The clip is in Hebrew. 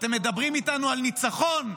ואתם מדברים איתנו על ניצחון,